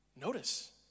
notice